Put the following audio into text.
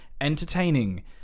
entertaining